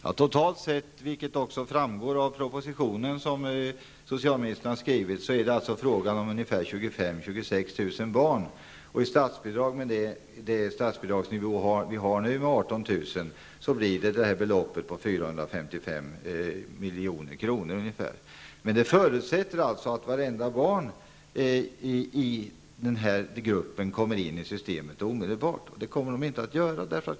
Fru talman! Som också framgår av propositionen som socialministern har avgivit är det totalt sett fråga om 25--26 000 barn. Med den statsbidragsnivå som vi i dag har och som gäller 18 000 barn blir kostnaden ca 455 milj.kr. Det förutsätter dock att alla barn i den här gruppen omedelbart kommer in i systemet, men så kommer det inte att bli.